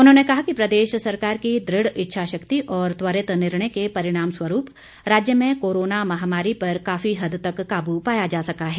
उन्होंने कहा कि प्रदेश सरकार की दृढ़ इच्छा शक्ति और त्वरित निर्णय के परिणाम स्वरूप राज्य में कोरोना महामारी पर काफी हद तक काबू पाया जा सका है